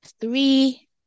three